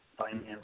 finance